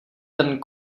ten